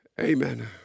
Amen